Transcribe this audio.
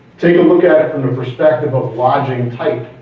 take a look at and the perspective of lodging type.